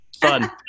fun